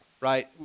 right